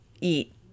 eat